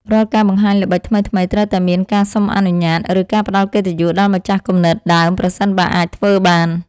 រាល់ការបង្ហាញល្បិចថ្មីៗត្រូវតែមានការសុំអនុញ្ញាត ឬ ការផ្តល់កិត្តិយសដល់ម្ចាស់គំនិតដើមប្រសិនបើអាចធ្វើបាន។